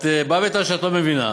את באה בטענות שאת לא מבינה,